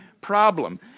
problem